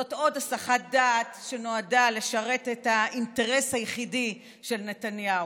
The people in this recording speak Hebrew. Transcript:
זאת עוד הסחת דעת שנועדה לשרת את האינטרס היחידי של נתניהו.